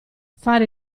fare